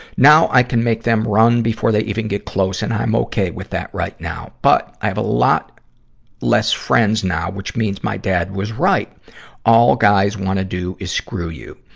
now, i can make them run before they even get close, and i'm okay with that right now. but, i have a lot less friends now, which means my dad was right all guys wanna do is screw you.